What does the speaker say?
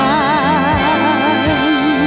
time